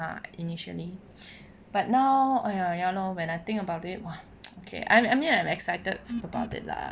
initially but now !aiya! ya lor when I think about it !wah! okay I mean I'm excited about it lah